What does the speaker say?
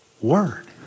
word